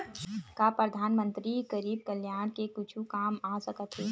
का परधानमंतरी गरीब कल्याण के कुछु काम आ सकत हे